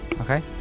Okay